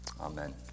Amen